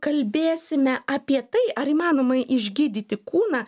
kalbėsime apie tai ar įmanoma išgydyti kūną